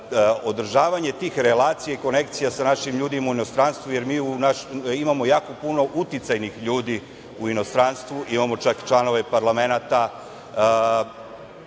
održavanje tih relacija i konekcija sa našim ljudima u inostranstvu, jer mi imamo jako puno uticajnih ljudi u inostranstvu. Imamo članove parlamenata